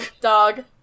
dog